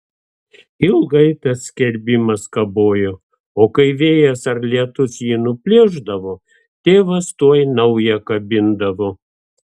ilgai tas skelbimas kabojo o kai vėjas ar lietus jį nuplėšdavo tėvas tuoj naują kabindavo